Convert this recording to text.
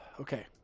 Okay